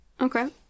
Okay